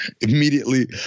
immediately